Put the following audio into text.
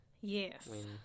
Yes